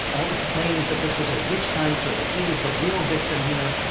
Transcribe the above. all the claims that this was a witch hunt or that he was the real victim here.